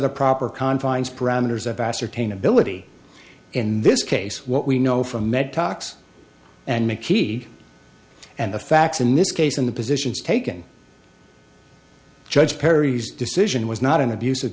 the proper confines parameters of ascertain ability in this case what we know from med talks and mickey and the facts in this case and the positions taken judge perry's decision was not an abus